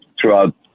throughout